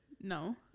No